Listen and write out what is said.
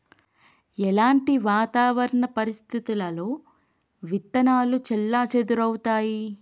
ఎలాంటి వాతావరణ పరిస్థితుల్లో విత్తనాలు చెల్లాచెదరవుతయీ?